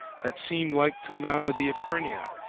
that seem like to the malady of hernia,